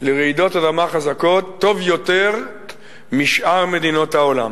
לרעידות אדמה חזקות טוב יותר משאר מדינות העולם.